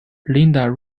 linda